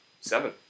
seven